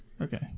Okay